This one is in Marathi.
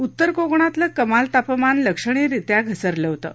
उत्तर कोकणातलं कमाल तापमान लक्षणीयरीत्या घसरलं होतं